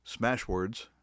Smashwords